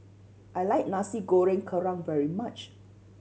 I like Nasi Goreng Kerang very much